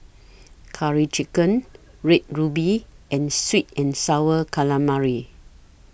Curry Chicken Red Ruby and Sweet and Sour Calamari